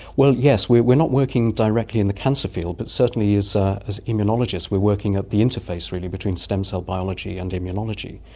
yes, we're we're not working directly in the cancer field but certainly as ah as immunologists we're working at the interface really between stem cell biology and immunology.